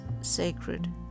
sacred